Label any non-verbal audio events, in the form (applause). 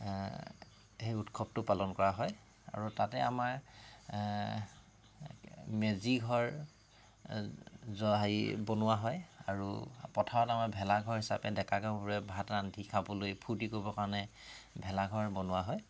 সেই উৎসৱটো পালন কৰা হয় আৰু তাতে আমাৰ মেজিঘৰ (unintelligible) সেই বনোৱা হয় আৰু পথাৰত আমাৰ ভেলাঘৰ হিচাপে ডেকা গাভৰুৱে ভাত ৰান্ধি খাবলৈ ফুৰ্ত্তি কৰিবৰ কাৰণে ভেলাঘৰ বনোৱা হয়